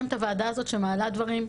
לקיים את הוועדה הזאת שמעלה דברים,